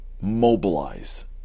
mobilize